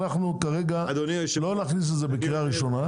אנחנו כרגע לא נכניס את זה בקריאה ראשונה.